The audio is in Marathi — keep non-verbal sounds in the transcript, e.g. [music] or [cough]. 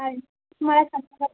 आणि मला [unintelligible]